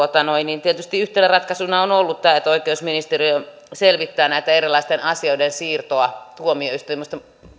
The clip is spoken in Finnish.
tietysti yhtenä ratkaisuna on ollut tämä että oikeusministeriö selvittää näiden erilaisten asioiden siirtoa tuomioistuimista